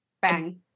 bang